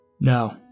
No